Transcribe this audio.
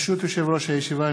ברשות יושב-ראש הישיבה,